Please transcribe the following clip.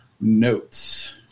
notes